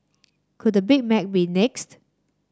could the Big Mac be next